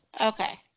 okay